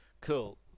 Cool